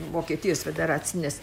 vokietijos federacinės